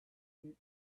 cute